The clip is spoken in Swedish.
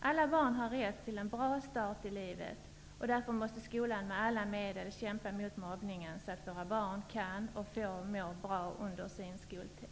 Alla barn har rätt till en bra start i livet. Därför måste skolan med alla medel kämpa mot mobbningen så att våra barn kan och får må bra under sin skoltid.